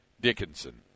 Dickinson